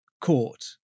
court